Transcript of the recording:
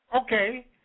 Okay